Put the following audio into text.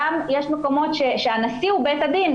יש מקומות שבהם הנשיא הוא בית הדין,